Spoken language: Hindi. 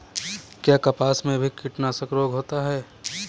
क्या कपास में भी कीटनाशक रोग होता है?